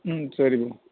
ம் சரி ப்ரோ